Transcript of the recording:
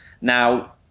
Now